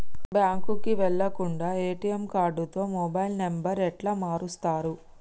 బ్యాంకుకి వెళ్లకుండా ఎ.టి.ఎమ్ కార్డుతో మొబైల్ నంబర్ ఎట్ల మారుస్తరు?